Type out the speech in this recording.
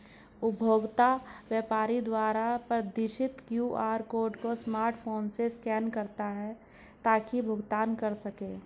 उपभोक्ता व्यापारी द्वारा प्रदर्शित क्यू.आर कोड को स्मार्टफोन से स्कैन करता है ताकि भुगतान कर सकें